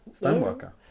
stoneworker